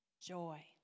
joy